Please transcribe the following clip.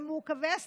שהם מעוכבי הסדרה.